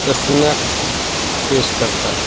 snacks پیش کرتا ہے